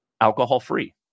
alcohol-free